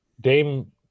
Dame